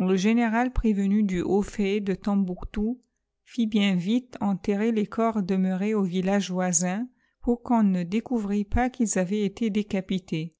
le général prévenu du haut fait de tombouctou fit bien vite enterrer les corps demeurés au village voisin pour qu'on ne découvrît pas qu'ils avaient été décapités